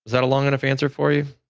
that a long enough answer for you?